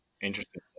Interesting